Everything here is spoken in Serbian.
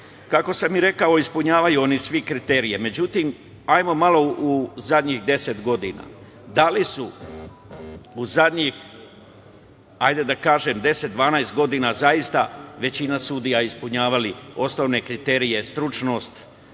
sam rekao, ispunjavaju oni svi kriterijume. Međutim, idemo malo u zadnjih 10 godina. Da li je u zadnjih 10, 12 godina zaista većina sudija ispunjavala osnovne kriterije, stručnost,